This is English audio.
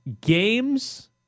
games